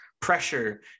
pressure